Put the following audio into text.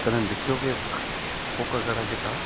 कदें दिक्खेओ कि कोह्का केह्ड़ा जित्ता दा